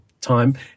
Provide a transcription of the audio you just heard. time